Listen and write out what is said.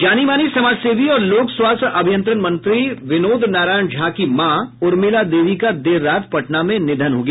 जानी मानी समाजसेवी और लोक स्वास्थ्य अभियंत्रण मंत्री विनोद नारायण झा की मां उर्मिला देवी का देर रात पटना में निधन हो गया